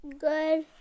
Good